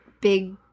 big